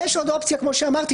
ויש עוד אופציה כמו שאמרתי,